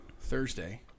Thursday